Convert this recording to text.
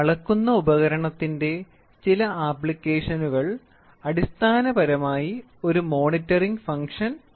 അളക്കുന്ന ഉപകരണത്തിന്റെ ചില ആപ്ലിക്കേഷനുകൾ അടിസ്ഥാനപരമായി ഒരു മോണിറ്ററിംഗ് ഫംഗ്ഷൻ ആണ്